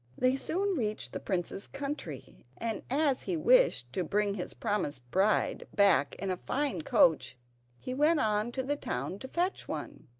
they soon reached the prince's country, and as he wished to bring his promised bride back in a fine coach he went on to the town to fetch one.